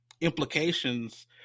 implications